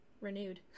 renewed